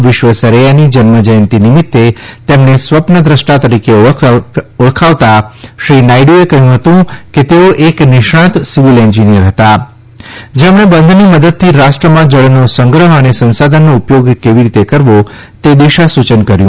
વિશ્વસરૈયાની જન્મ જયંતિ નિમિત્તે તેમને સ્વપ્નદ્રષ્ટા તરીકે ઓળખાવતા શ્રી નાયડુએ કહ્યું હતું કે તેઓ એક નિષ્ણાત સિવિલ એન્જિનીયર હતા જેમણે બંધની મદદથી રાષ્ટ્રમાં જળનો સંગ્રહ અને સંસાધનનો ઉપયોગ કેવી રીતે કરવો તે દિશા સૂચન કર્યું